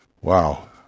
Wow